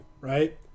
right